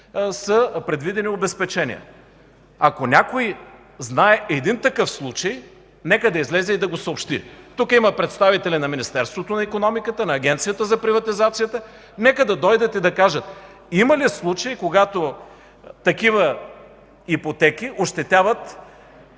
са предвидени обезпечения. Ако някой знае един такъв случай, нека да излезе и да го съобщи. Тук има представители на Министерството на икономиката, на Агенцията за приватизация и следприватизационен контрол, нека да дойдат и да кажат – има ли случаи, когато такива ипотеки ощетяват